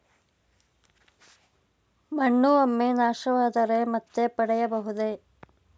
ಮಣ್ಣು ಒಮ್ಮೆ ನಾಶವಾದರೆ ಮತ್ತೆ ಪಡೆಯಬಹುದೇ?